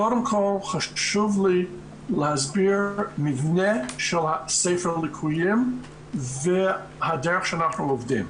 קודם כל חשוב לי להסביר מבנה של ספר הליקויים והדרך שבה אנחנו עובדים.